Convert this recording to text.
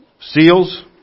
seals